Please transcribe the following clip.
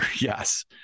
Yes